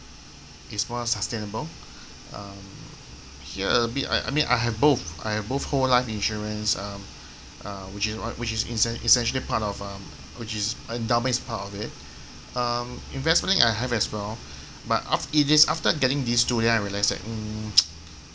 is more sustainable um here a bit I I mean I have both I have both whole life insurance um uh which is which is es~ essentially part of um which is endowment is a part of it um investment linked I have as well but af~ it is after getting these two that I realise that um